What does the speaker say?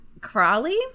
Crawley